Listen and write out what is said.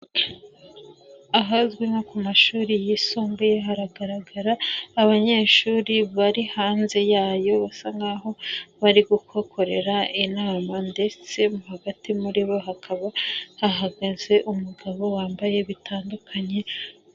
Ahazwi nko ku mashuri yisumbuye haragaragara abanyeshuri bari hanze yayo, basa nkaho bari kuhakorera inama. Ndetse hagati muri bo hakaba hahagaze umugabo wambaye bitandukanye.